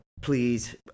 please